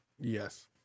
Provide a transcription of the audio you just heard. Yes